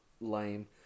Lame